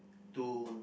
to